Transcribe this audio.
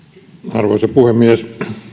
arvoisa puhemies